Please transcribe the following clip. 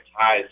ties